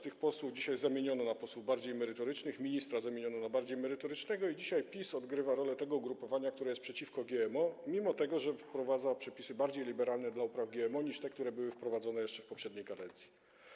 Tych posłów dzisiaj zamieniono na posłów bardziej merytorycznych, ministra zamieniono na bardziej merytorycznego i dzisiaj PiS odgrywa rolę tego ugrupowania, które jest przeciwko GMO, mimo że wprowadza przepisy bardziej liberalne dla upraw GMO niż te, które były wprowadzone jeszcze w poprzedniej kadencji.